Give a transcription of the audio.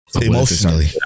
emotionally